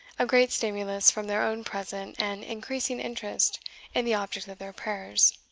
a great stimulus from their own present and increasing interest in the object of their prayers.